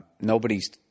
Nobody's